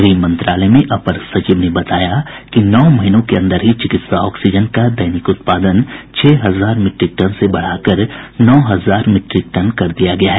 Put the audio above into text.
गृह मंत्रालय में अपर सचिव ने बताया कि नौ महीनों के अंदर ही चिकित्सा ऑक्सीजन का दैनिक उत्पादन छह हजार मीट्रिक टन से बढा कर नौ हजार मीट्रिक टन कर दिया गया है